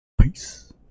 peace